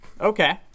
Okay